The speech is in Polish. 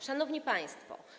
Szanowni Państwo!